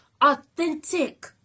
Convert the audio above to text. authentic